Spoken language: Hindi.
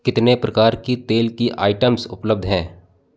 कितने प्रकार की तेल की आइटम्स उपलब्ध हैं